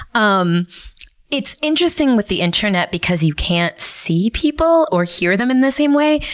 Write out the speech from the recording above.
um it's interesting with the internet because you can't see people or hear them in the same way.